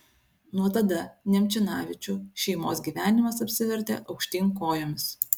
nuo tada nemčinavičių šeimos gyvenimas apsivertė aukštyn kojomis